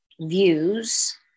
views